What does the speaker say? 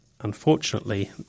Unfortunately